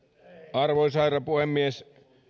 arvoisa herra puhemies